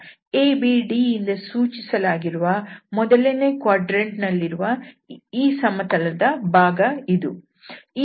ABD ಇಂದ ಸೂಚಿಸಲಾಗಿರುವ ಮೊದಲನೇ ಕ್ವಾಡ್ರಂಟ್ ನಲ್ಲಿರುವ ಈ ಸಮತಲದ ಭಾಗ ಇದು